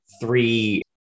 three